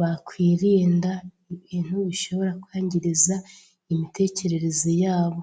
bakwirinda ibintu bishobora kwangiza imitekerereze yabo.